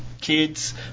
kids